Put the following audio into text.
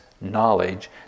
knowledge